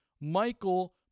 Michael